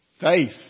Faith